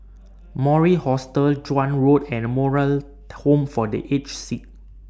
Mori Hostel Joan Road and Moral Home For The Aged Sick